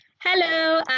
Hello